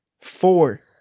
Four